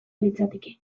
litzateke